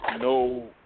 No